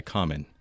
Common